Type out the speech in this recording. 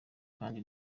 kandi